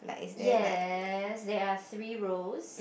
yes there are three rows